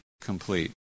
complete